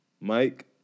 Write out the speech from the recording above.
Mike